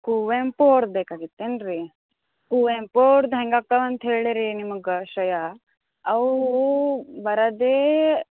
ಕುವೆಂಪು ಅವ್ರ್ದು ಬೇಕಾಗಿತ್ತು ಏನ್ರೀ ಕುವೆಂಪು ಅವ್ರ್ದು ಹೆಂಗೆ ಅಕ್ಕಾವ ಅಂತ ಹೇಳಿರಿ ನಿಮಗೆ ಶ್ರೇಯಾ ಅವೂ ಬರೋದೆ